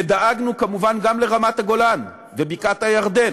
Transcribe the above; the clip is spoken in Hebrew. ודאגנו כמובן גם לרמת-הגולן ולבקעת-הירדן,